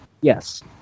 Yes